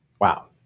Wow